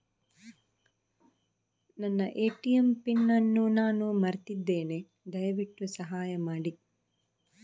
ನನ್ನ ATM PIN ಅನ್ನು ನಾನು ಮರ್ತಿದ್ಧೇನೆ, ದಯವಿಟ್ಟು ಸಹಾಯ ಮಾಡಿ